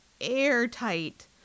airtight